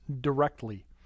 directly